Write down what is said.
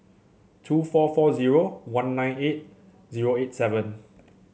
two four four zero one nine eight zero eight seven